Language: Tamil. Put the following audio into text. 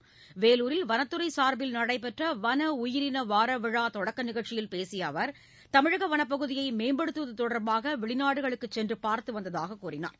அமைச்சர் வேலூரில் வனத்துறை சார்பில் நடைபெற்ற வன உயிரின வார விழா தொடக்க நிகழ்ச்சியில் பேசிய அவர் தமிழக வனப்பகுதியை மேம்படுத்துவது தொடர்பாக வெளிநாடுகளுக்குச் சென்று பார்த்து வந்ததாக கூறினார்